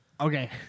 Okay